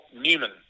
Newman